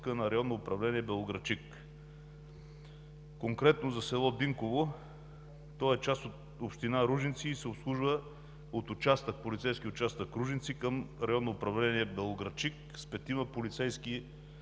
районно управление – Белоградчик. Конкретно за село Динково – то е част от община Ружинци и се обслужва от полицейски участък – Ружинци, към Районно управление – Белоградчик, с петима полицейски